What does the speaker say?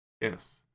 Yes